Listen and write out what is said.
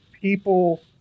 people